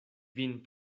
vin